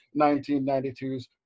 1992's